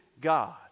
God